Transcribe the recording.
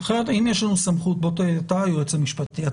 אתה היועץ המשפטי.